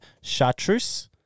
chartreuse